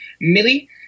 Millie